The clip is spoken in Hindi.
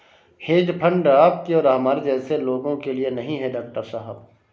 हेज फंड आपके और हमारे जैसे लोगों के लिए नहीं है, डॉक्टर साहब